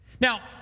Now